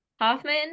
Hoffman